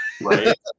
Right